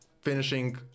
finishing